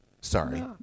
sorry